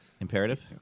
imperative